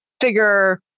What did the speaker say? figure